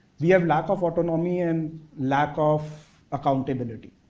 we have lack of autonomy and lack of accountability,